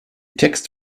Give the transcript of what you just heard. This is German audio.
text